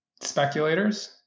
speculators